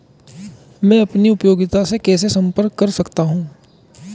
मैं अपनी उपयोगिता से कैसे संपर्क कर सकता हूँ?